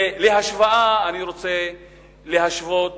ולהשוואה, אני רוצה להשוות